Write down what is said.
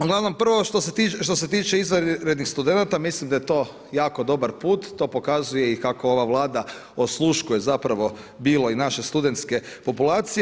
Uglavnom prvo što se tiče izvanrednih studenata, mislim da je to jako dobar put, to pokazuje i kako ova Vlada osluškuje zapravo bilo i naše studentske populacije.